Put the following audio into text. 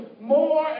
more